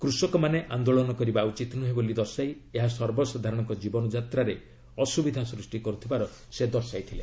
କୃଷକମାନେ ଆନ୍ଦୋଳନ କରିବା ଉଚିତ ନୁହେଁ ବୋଲି ଦର୍ଶାଇ ଏହା ସର୍ବସାଧାରଣଙ୍କ ଜୀବନଯାତ୍ରାରେ ଅସୁବିଧା ସୃଷ୍ଟି କରୁଥିବାର ସେ ଦର୍ଶାଇଛନ୍ତି